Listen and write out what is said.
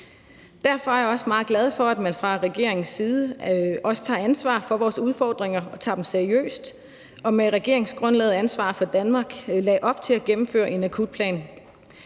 Derfor er jeg meget glad for, at man fra regeringens side også tager ansvar for vores udfordringer og tager dem seriøst og med regeringsgrundlaget »Ansvar for Danmark« lagde op til at gennemføre en akutplan.